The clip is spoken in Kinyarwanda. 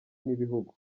n’ibihugu